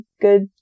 good